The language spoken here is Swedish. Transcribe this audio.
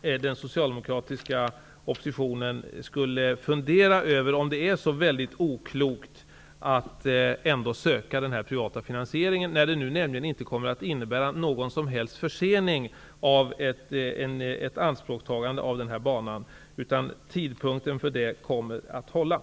den socialdemokratiska oppositionen skulle fundera över om det är så väldigt oklokt att söka privat finansiering. Det kommer nämligen inte att innebära någon som helst försening av ianspråkstagandet av denna bana. Tidpunkten härför kommer att hållas.